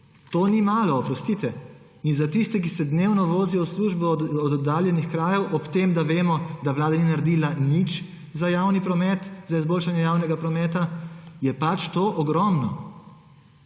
to ni malo, oprostite. Za tiste, ki se dnevno vozijo v službo od oddaljenih krajev, ob tem, da vemo, da vlada ni naredila nič za javni problem, za izboljšanje javnega prometa, je pač to ogromno.